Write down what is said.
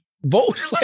vote